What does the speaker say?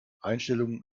einstellungen